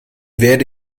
werde